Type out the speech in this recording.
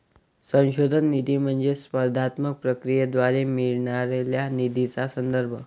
संशोधन निधी म्हणजे स्पर्धात्मक प्रक्रियेद्वारे मिळालेल्या निधीचा संदर्भ